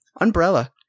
Umbrella